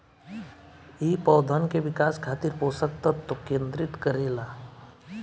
इ पौधन के विकास खातिर पोषक तत्व केंद्रित करे ला